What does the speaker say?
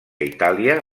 itàlia